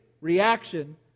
reaction